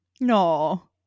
no